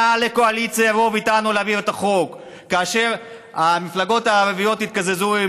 לקואליציה היה רוב איתנו להעביר את החוק כאשר המפלגות הערביות התקזזו,